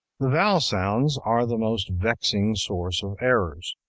the vowel sounds are the most vexing source of errors,